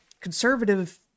conservative